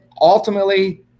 Ultimately